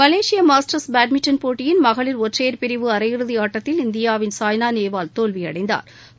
Malaysia masters badminton போட்டியின் மகளிர் ஒற்றையர் பிரிவு அரை இறுதி ஆட்டத்தில் இந்தியாவின் சாய்னா நேவால் தோல்வியடைந்தாா்